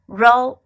roll